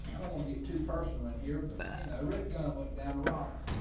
i don't want to get too personal in here, but you know, rick gun went down ross.